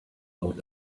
out